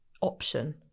option